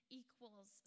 equals